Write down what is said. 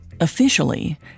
Officially